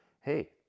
hey